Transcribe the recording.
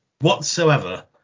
whatsoever